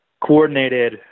coordinated